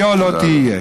היה לא תהיה.